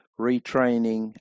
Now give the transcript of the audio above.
retraining